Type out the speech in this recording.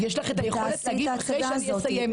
ולכן יש לך את היכולת להגיב אחרי שאני אסיים.